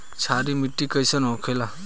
क्षारीय मिट्टी कइसन होखेला?